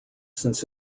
since